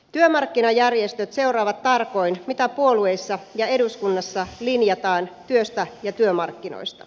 työmarkkinajärjestöt seuraavat tarkoin mitä puolueissa ja eduskunnassa linjataan työstä ja työmarkkinoista